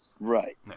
Right